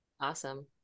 awesome